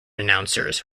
announcers